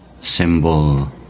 symbol